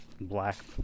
black